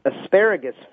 asparagus